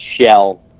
shell